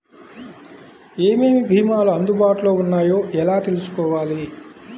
ఏమేమి భీమాలు అందుబాటులో వున్నాయో ఎలా తెలుసుకోవాలి?